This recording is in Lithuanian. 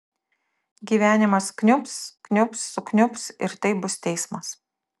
gyvenimas kniubs kniubs sukniubs ir tai bus teismas